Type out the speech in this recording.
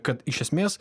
kad iš esmės